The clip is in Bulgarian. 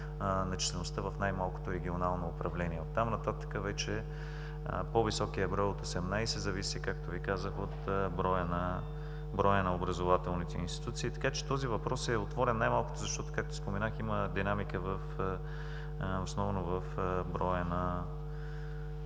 числеността в най-малкото регионално управление. От там нататък вече по-високият брой от 18 зависи, както Ви казах, от броя на образователните институции. Така че този въпрос е отворен най-малкото, защото както споменах, има динамика основно в броя на